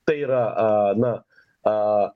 tai yra a na a